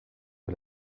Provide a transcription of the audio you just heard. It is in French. que